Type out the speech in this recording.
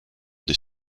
des